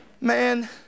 Man